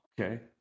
Okay